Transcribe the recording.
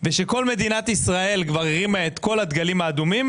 ושכל מדינת ישראל כבר הרימה את כל הדגלים האדומים